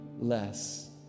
less